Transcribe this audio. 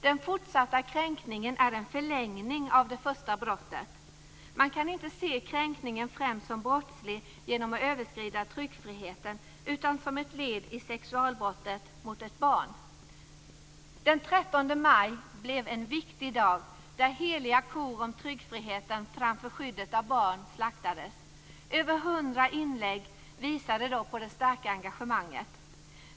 Den fortsatta kränkningen är en förlängning av det första brottet. Man kan inte se kränkningen främst som brottslig genom att överskrida tryckfriheten utan som ett led i sexualbrottet mot ett barn. Den 13 maj blev en viktig dag då så att säga heliga kor om tryckfriheten framför skyddet av barn slaktades. Över 100 inlägg visade då på det starka engagemanget.